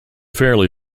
fairly